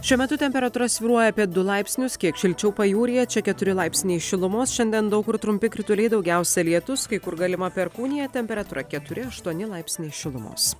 šiuo metu temperatūra svyruoja apie du laipsnius kiek šilčiau pajūryje čia keturi laipsniai šilumos šiandien daug kur trumpi krituliai daugiausia lietus kai kur galima perkūnija temperatūra keturi aštuoni laipsniai šilumos